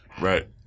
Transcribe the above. Right